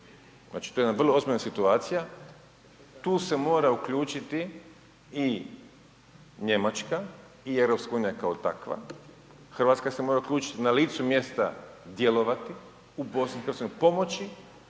Znači to je jedna vrlo ozbiljna situacija, tu se mora uključiti i Njemačka i EU kao takva. Hrvatska se mora uključiti na licu mjesta djelovati u BiH, pomoći